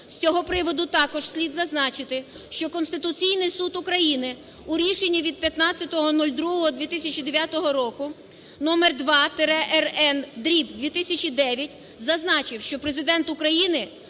З цього приводу також слід зазначити, що Конституційний Суд України у рішенні від 15.02.2009 року номер 2-РН/209 зазначив, що Президент України